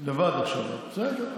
לבד עכשיו, בסדר.